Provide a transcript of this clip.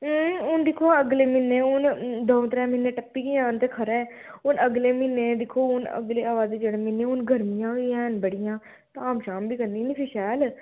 हून दिक्खो आं अगले म्हीनै हून द'ऊं त्रै म्हीने टप्पी गै जान ते खरा ऐ हून अगले म्हीनै दिक्खो हून अगले आवै दे जेह्ड़े म्हीने हून गर्मियां बी हैन बड़ियां धाम शाम बी करनी निं फ्ही शैल